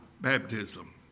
baptism